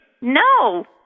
No